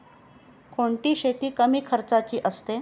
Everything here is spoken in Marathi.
कोणती शेती कमी खर्चाची असते?